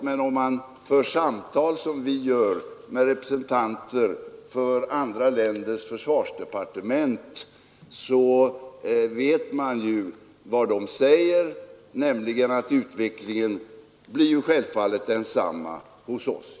Men om man för samtal, som vi gör, med representanter för andra länders försvarsdepartement, så får man veta att utvecklingen självfallet blir densamma även på andra håll.